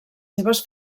seves